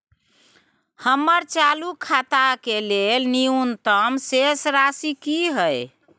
हमर चालू खाता के लेल न्यूनतम शेष राशि की हय?